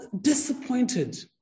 disappointed